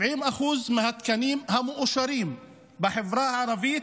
70% מהתקנים המאושרים בחברה הערבית,